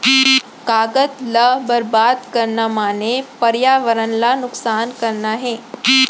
कागद ल बरबाद करना माने परयावरन ल नुकसान करना हे